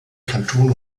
kanton